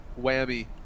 whammy